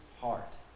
heart